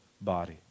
body